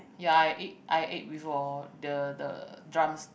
ya I ate I ate before the the drums